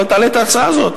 אולי תעלה את ההצעה הזאת,